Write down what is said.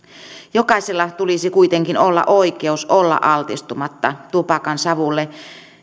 jokaisella tulisi kuitenkin olla oikeus olla altistumatta tupakansavulle